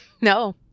No